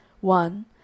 One